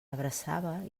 abraçava